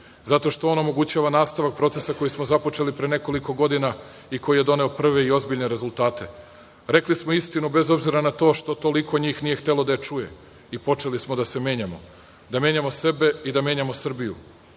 zato što on omogućava nastavak procesa koji smo započeli pre nekoliko godina i koji je dobio prve i ozbiljne rezultate. Rekli smo istinu bez obzira na to što toliko njih nije htelo da je čuje i počeli smo da se menjamo, da menjamo sebe i da menjamo